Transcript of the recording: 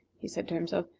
he said to himself,